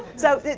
so,